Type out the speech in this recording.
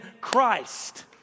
christ